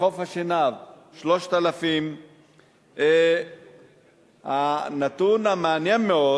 מחוף-השנהב 3,000. הנתון המעניין מאוד הוא